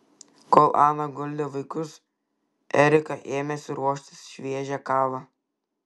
kol ana guldė vaikus erika ėmėsi ruošti šviežią kavą